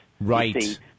Right